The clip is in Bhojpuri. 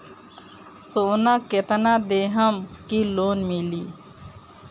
सोना कितना देहम की लोन मिली?